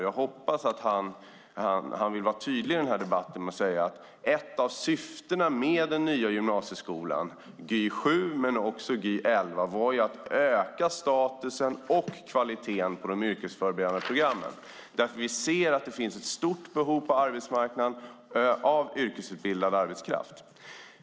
Jag hoppas att han vill vara tydlig i den här debatten och säga att ett av syftena med den nya gymnasieskolan Gy 2007 men också Gy 2011 faktiskt var att öka statusen och kvaliteten på de yrkesförberedande programmen, eftersom vi ser att det finns ett stort behov på arbetsmarknaden av yrkesutbildad arbetskraft.